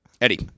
Eddie